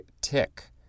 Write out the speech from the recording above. tick